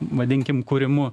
vadinkim kūrimu